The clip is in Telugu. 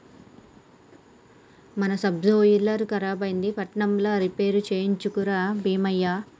మన సబ్సోయిలర్ ఖరాబైంది పట్నంల రిపేర్ చేయించుక రా బీమయ్య